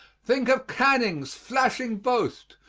think of canning's flashing boast,